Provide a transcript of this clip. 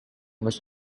was